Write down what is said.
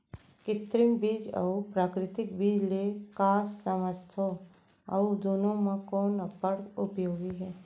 कृत्रिम बीज अऊ प्राकृतिक बीज ले का समझथो अऊ दुनो म कोन अब्बड़ उपयोगी हे?